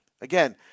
Again